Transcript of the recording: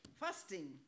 fasting